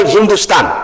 Hindustan